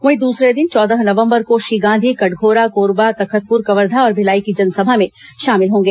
वहीं दूसरे दिन चौदह नवंबर को श्री गांधी कटघोरा कोरबा तखतपुर कवर्धा और भिलाई की जनसभा में शामिल होंगे